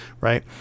right